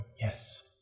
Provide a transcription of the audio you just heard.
Yes